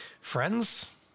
friends